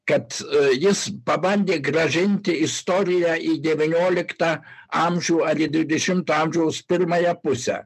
kad jis pabandė grąžinti istoriją į devynioliktą amžių ar į dvidešimto amžiaus pirmąją pusę